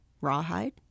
Rawhide